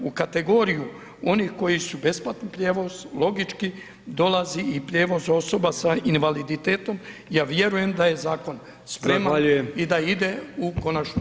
U kategoriju onih koji su besplatni prijevoz, logički dolazi i prijevoz osoba sa invaliditetom, ja vjerujem da je zakon spreman i da ide u konačnom